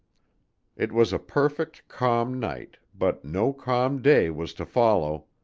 it was a perfect, calm night, but no calm day was to follow.